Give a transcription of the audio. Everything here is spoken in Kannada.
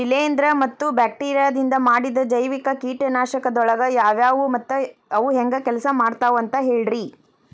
ಶಿಲೇಂಧ್ರ ಮತ್ತ ಬ್ಯಾಕ್ಟೇರಿಯದಿಂದ ಮಾಡಿದ ಜೈವಿಕ ಕೇಟನಾಶಕಗೊಳ ಯಾವ್ಯಾವು ಮತ್ತ ಅವು ಹೆಂಗ್ ಕೆಲ್ಸ ಮಾಡ್ತಾವ ಅಂತ ಹೇಳ್ರಿ?